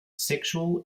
sexual